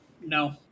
no